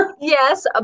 Yes